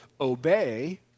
obey